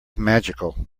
magical